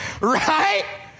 Right